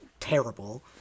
terrible